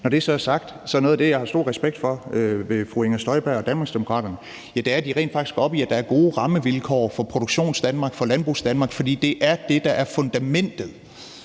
Når det så er sagt, er noget af det, jeg har stor respekt for hos fru Inger Støjberg og Danmarksdemokraterne, at de rent faktisk går op i, at der er gode rammevilkår for Produktionsdanmark og for Landbrugsanmark, for det er det, der er fundamentet